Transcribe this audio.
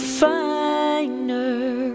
finer